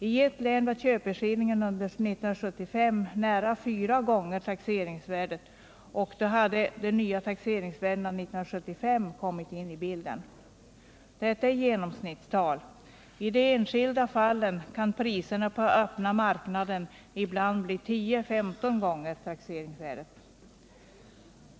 I ett län var köpeskillingen under 1975 nära fyra gånger taxeringsvärdena, och då hade de nya taxeringsvärdena 1975 kommit in i bilden. Detta är genomsnittstal. I de enskilda fallen kan priserna på öppna marknaden ibland bli 10-15 gånger taxeringsvärdet.